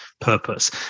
purpose